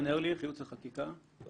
רק